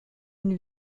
une